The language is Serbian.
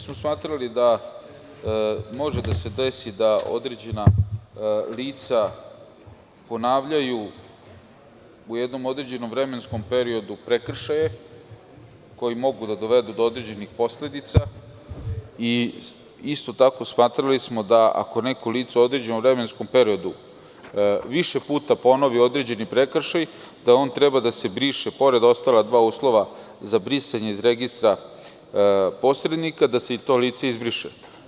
Smatrali smo da može da se desi da određena lica ponavljaju u jednom određenom vremenskom periodu prekršaje koji mogu da dovedu do određenih posledica i isto tako smatrali smo da, ako neko lice u određenom vremenskom periodu više puta ponovi određeni prekršaj, da on treba da se briše, pored ostala dva uslova za brisanje iz registra posrednika, da se i to lice izbriše.